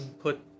Put